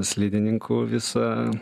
slidininkų visą